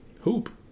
hoop